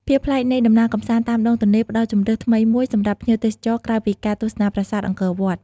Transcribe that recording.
ភាពប្លែកនៃដំណើរកម្សាន្តតាមដងទន្លេ ផ្តល់ជម្រើសថ្មីមួយសម្រាប់ភ្ញៀវទេសចរក្រៅពីការទស្សនាប្រាសាទអង្គរវត្ត។